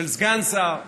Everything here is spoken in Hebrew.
של סגן שר שאומר: